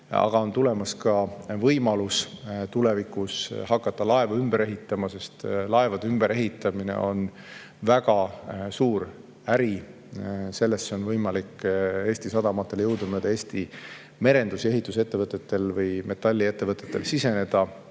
Aga on tulemas ka võimalus tulevikus hakata laevu ümber ehitama, sest laevade ümberehitamine on väga suur äri, sellesse on võimalik Eesti sadamatel, Eesti merendus- ja ehitusettevõtetel või metalliettevõtetel jõudumööda